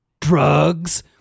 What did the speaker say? Drugs